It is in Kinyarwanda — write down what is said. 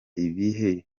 ibihe